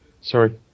sorry